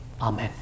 Amen